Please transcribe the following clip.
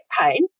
pain